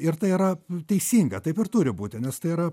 ir tai yra teisinga taip ir turi būti nes tai yra